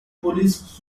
police